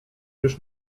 już